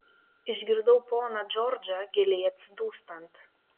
išgirdau poną džordžą giliai atsidūstant